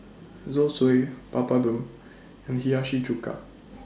Zosui Papadum and Hiyashi Chuka